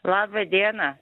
laba diena